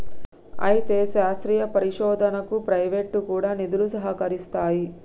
అయితే శాస్త్రీయ పరిశోధనకు ప్రైవేటు కూడా నిధులు సహకరిస్తాయి